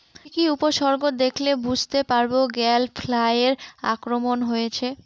কি কি উপসর্গ দেখলে বুঝতে পারব গ্যাল ফ্লাইয়ের আক্রমণ হয়েছে?